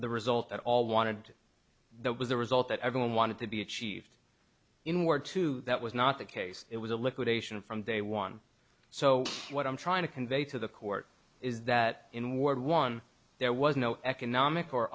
the result that all wanted that was the result that everyone wanted to be achieved in word two that was not the case it was a liquidation from day one so what i'm trying to convey to the court is that in ward one there was no economic or